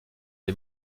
des